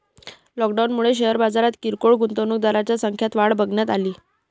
लॉकडाऊनमुळे शेअर बाजारात किरकोळ गुंतवणूकदारांच्या संख्यात वाढ बघण्यात अली